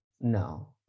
no